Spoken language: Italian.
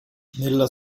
nella